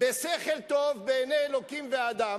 בשכל טוב בעיני אלוקים ואדם,